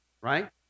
right